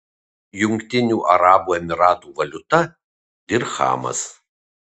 jungtinių arabų emyratų valiuta dirchamas